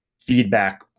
feedback